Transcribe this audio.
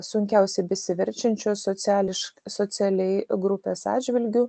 sunkiausiai besiverčiančių sociališ socialiai grupės atžvilgiu